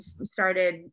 started